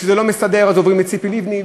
כשזה לא מסתדר עוברים לציפי לבני,